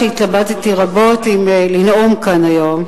שהתלבטתי רבות אם לנאום כאן היום.